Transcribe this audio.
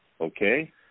okay